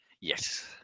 Yes